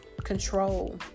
control